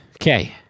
Okay